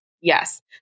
Yes